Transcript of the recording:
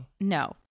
No